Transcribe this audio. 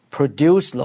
Produce